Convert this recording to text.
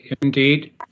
Indeed